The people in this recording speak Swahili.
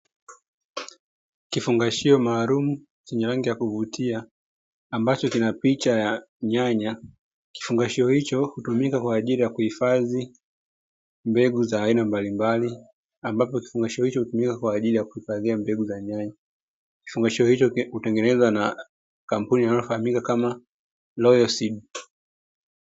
Kifungashio maalumu chenye rangi ya kuvutia, ambacho kina picha ya nyanya. Kifungashio hicho, hutumika kwa ajili ya kuhifadhia mbegu za aina mbalimbali, ambazo hutumika katika uzalishaji wa nyanya. Kifungashio hicho pia hutengenezwa na kampuni inayofahamika kama "royal seed" .